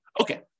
Okay